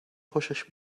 خوشش